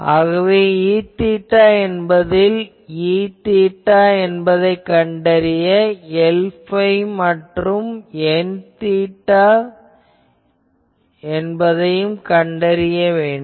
ஆகவே Eθ என்பதில் Eθ என்பதைக் கண்டறிய Lϕ மற்றும் Nθ என்பதைக் கண்டறிய வேண்டும்